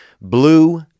Blue